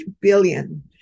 billion